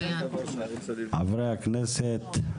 חברי הכנסת,